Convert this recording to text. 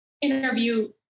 interview